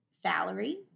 Salary